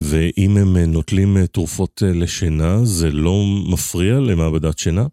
ואם הם נוטלים תרופות לשינה, זה לא מפריע למעבדת שינה?